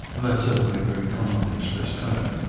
and that's certainly a very commonly expressed hope.